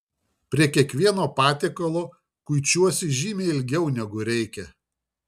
prie kiekvieno patiekalo kuičiuosi žymiai ilgiau negu reikia